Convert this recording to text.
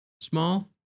small